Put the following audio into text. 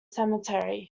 cemetery